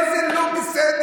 מה זה לא בסדר?